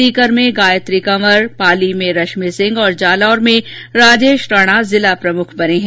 सीकर में गायत्री कंवर पाली में रश्मि सिंह तथा जालौर में राजेश राणा जिला प्रमुख बने है